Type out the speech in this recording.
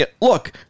look